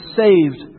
saved